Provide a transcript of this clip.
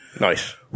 Nice